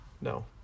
no